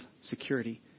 security